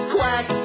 Quack